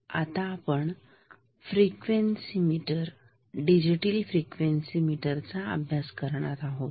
आता आपण frequency meter digital frequency meter चा अभ्यास करणार आहोत